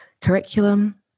curriculum